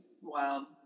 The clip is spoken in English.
Wow